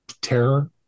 terror